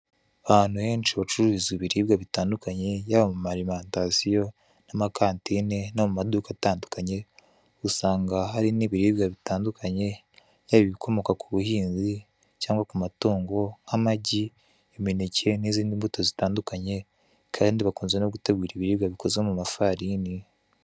Ahantu henshi bacururiza ibiribwa bitandukanye, yaba mu marimantasiyo, n'amakantine, no mu maduka atandukanye, usanga hari n'ibiribwa bitandukanye, yaba ibikomoka ku buhinzi cyangwa ku matungo, nk'amagi, imineke n'izindi mbuto zitandukanye, kandi bakunze no gutegura ibiribwa bikozwe mu mafarini.